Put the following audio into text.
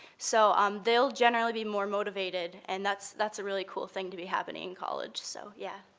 so um they'll generally be more motivated, and that's that's a really cool thing to be happening in college, so yeah.